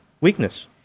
weakness